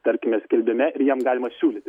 tarkime skelbime ir jam galima siūlyti